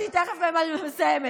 אני תכף מסיימת,